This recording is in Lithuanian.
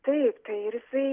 taip tai ir jisai